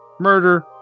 murder